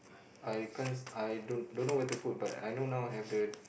I can't I don't don't know where to put but I know now have the